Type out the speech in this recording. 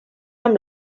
amb